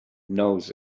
knows